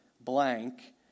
blank